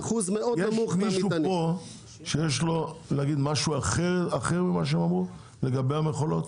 יש מישהו כאן שיש לו לומר משהו אחר ממה שאמרו לגבי המכולות,